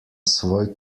svoj